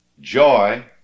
joy